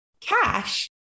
cash